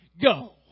go